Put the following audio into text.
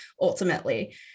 ultimately